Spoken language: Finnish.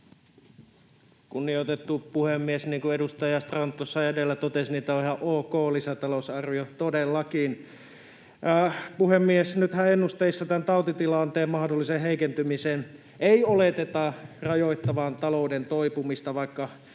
Kunnioitettu puhemies! Niin kuin edustaja Strand tuossa edellä totesi, niin tämä lisätalousarvio on ihan ok, todellakin. Puhemies! Nythän ennusteissa tämän tautitilanteen mahdollisen heikentymisen ei oleteta rajoittavan talouden toipumista, vaikka